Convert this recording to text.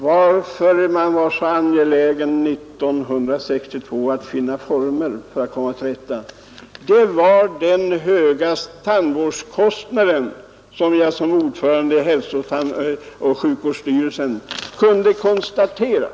Ja, herr Romanus, skälet till att man 1962 var så angelägen om att finna en formel för att komma till rätta med problemen var de höga tandvårdskostnaderna, som jag också som ordförande i hälsooch sjukvårdsstyrelsen kunde konstatera.